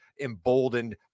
emboldened